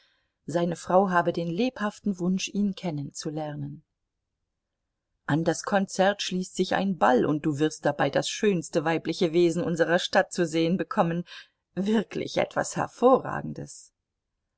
seine frau habe den lebhaften wunsch ihn kennenzulernen an das konzert schließt sich ein ball und du wirst dabei das schönste weibliche wesen unserer stadt zu sehen bekommen wirklich etwas hervorragendes